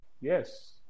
Yes